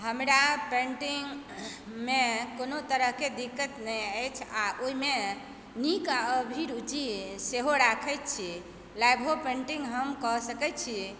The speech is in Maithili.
हमरा पेन्टिंगमे कोनो तरहके दिक्कत नहि अछि आ ओहिमे नीक अभिरुचि सेहो राखय छी लाइवो पेन्टिंग हम कऽ सकैत छी